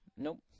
Nope